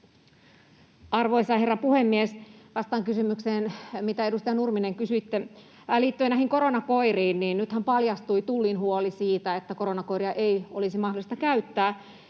Arvoisa herra puhemies! Vastaan kysymykseen, minkä, edustaja Nurminen, kysyitte liittyen koronakoiriin. Nythän paljastui Tullin huoli siitä, että koronakoiria ei olisi mahdollista käyttää.